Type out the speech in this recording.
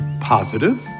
positive